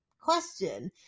question